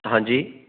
ਹਾਂਜੀ